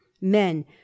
men